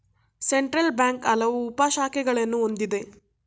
central bank ಹಲವು ಉಪ ಶಾಖೆಗಳನ್ನು ಹೊಂದಿದೆ